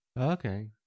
Okay